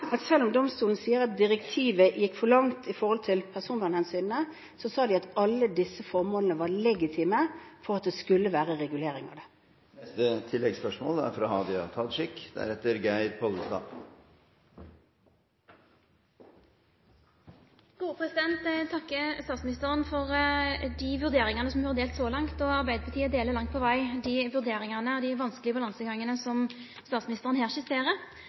at selv om domstolen sier at direktivet gikk for langt når det gjaldt personvernhensynene, sa den at alle disse formålene legitimerte at det skulle være reguleringer der. Hadia Tajik – til oppfølgingsspørsmål. Eg takkar statsministeren for dei vurderingane som ho har delt så langt, og Arbeidarpartiet støttar langt på veg dei vurderingane og dei vanskelege balansegangane som statsministeren her